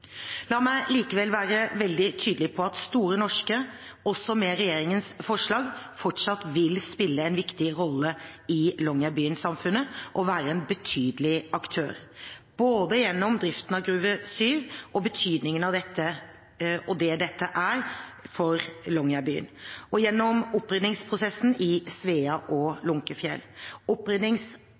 La meg likevel være veldig tydelig på at Store Norske også med regjeringens forslag fortsatt vil spille en viktig rolle i longyearbyensamfunnet og være en betydelig aktør, både gjennom driften av Gruve 7 og betydningen av dette for Longyearbyen og gjennom oppryddingsprosessen i Svea og Lunckefjell.